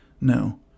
No